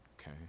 okay